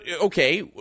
okay